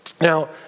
Now